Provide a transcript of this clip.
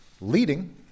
leading